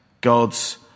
God's